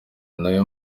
nawe